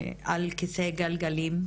בסדר אז עכשיו אני אתן עוד שתי דוגמאות שקרו עכשיו,